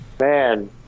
man